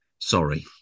Sorry